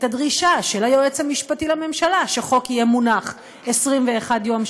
את הדרישה של היועץ המשפטי לממשלה שחוק יהיה מונח 21 יום,